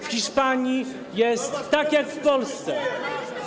W Hiszpanii jest tak jak w Polsce.